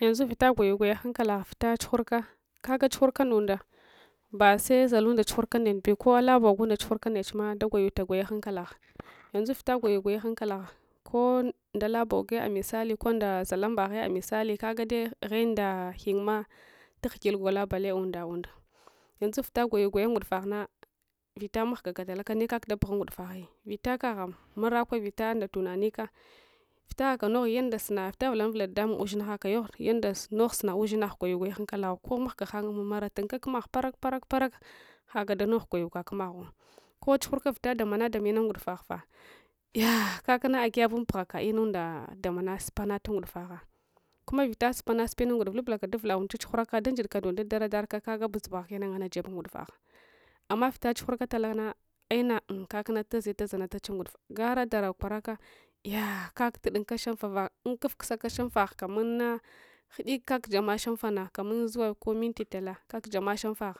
Yanzu vita gwiyu gwaya hankalagh vita chughurka kaga chughurka ndunda base zalunda chughurka ndechibah ko ala bogunda chughur ka ndechma dagwayuta gwaya hankalagh yanzu vita gwayu gwaya hankalagh kondala bogiya misali konda zallambaghija misali kagide gheng da ghingma tugngil gota bale undar unda yanzu vita gwayu gwaya ngudufaghna vita mahgaka dalaka nekag ɗaɗughung ngudufa ghi vitakagha maraliwe vita nda tunani ka vita haka noghu yanda sunals vita vulanavula dedamung ushinghshaka nogh yanda suna ushinggh gvayugways hankalagh lo mahga hangmsralunla kumagh parak parak parakhala danogh gwayuks liumeghuwsko chughurka vita damenadams lngungudu faghfah yaah kakna agiyqbunbugnals inunde damans supanql bungudufaghs kuma vila supsnasupil nungudufe lublaks duvula undachachughurals nda njidls dadars darka laga badzulss lnana ngannadun ngudufaghs amms vlta chugh uraks talans enina unkaknstazets zanatach ungudur gara dara kwarakaahh kak tudunkas shamfah vaunls uskufaks shamraghi lamanna ghu’ikkaks jama shamfahna kaman zuwa kowinti vita kakjama shanfagh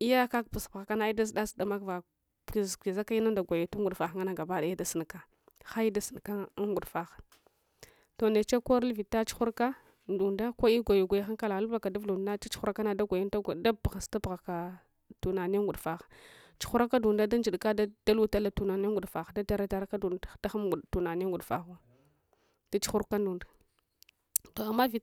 lyah kak busbughalsana dazuda zudam ak vaguz guzalo inunda gwayuta ungudufagh nganna gabadaya dasunke ghai dasunka ghai dasunke udufagh toh’ neche konl vila chughurka naunda kog wayu gways hankalagh lublalcsduvuls undune chaghughurakana dabuglsl sbughela tunani ungudu pagh chughurlsan dundeidks dalulala lunsni ungudufagh dadana darkandunda daghumabu tunani unguduf aghuws dechughurka dundo toh’ amma